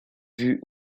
vue